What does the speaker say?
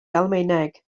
almaeneg